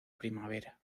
primavera